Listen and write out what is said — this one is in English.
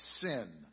sin